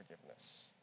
forgiveness